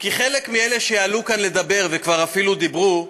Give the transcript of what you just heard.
כי חלק מאלו שעלו כאן לדבר, וכבר דיברו אפילו,